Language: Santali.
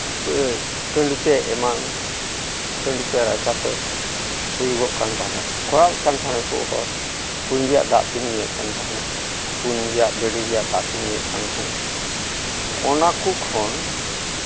ᱤᱭᱟᱹ ᱴᱟᱺᱰᱤ ᱛᱮ ᱮᱢᱟᱱ ᱴᱟᱺᱰᱤ ᱛᱮ ᱨᱟᱪᱟ ᱛᱮ ᱦᱩᱭᱩᱜᱚᱜ ᱠᱟᱱ ᱛᱟᱦᱮᱱᱟ ᱠᱚᱨᱟᱣᱮᱫ ᱠᱟᱱ ᱛᱟᱦᱮᱱᱟᱠᱚ ᱦᱚᱲ ᱠᱩᱧ ᱨᱮᱭᱟᱜ ᱫᱚᱜ ᱠᱚ ᱧᱩᱭᱮᱫ ᱠᱟᱱ ᱛᱟᱦᱮᱱᱟ ᱠᱩᱧ ᱨᱮᱭᱟᱜ ᱰᱟᱹᱰᱤ ᱨᱮᱭᱟᱜ ᱫᱟᱜ ᱠᱚ ᱧᱩᱭᱮᱫ ᱠᱟᱱ ᱛᱟᱦᱮᱱᱟ ᱚᱱᱟ ᱠᱚ ᱠᱷᱚᱱ